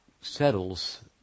settles